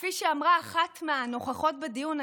כפי שאמרה אחת מהנוכחות בדיון,